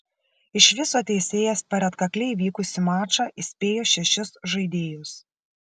iš viso teisėjas per atkakliai vykusį mačą įspėjo šešis žaidėjus